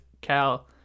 Cal